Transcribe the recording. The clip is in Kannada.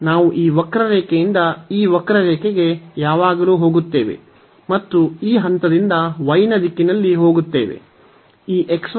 ನಾವು ಈ ವಕ್ರರೇಖೆಯಿಂದ ಈ ವಕ್ರರೇಖೆಗೆ ಯಾವಾಗಲೂ ಹೋಗುತ್ತೇವೆ ಮತ್ತು ಈ ಹಂತದಿಂದ y ನ ದಿಕ್ಕಿನಲ್ಲಿ ಹೋಗುತ್ತೇವೆ